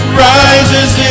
rises